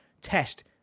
test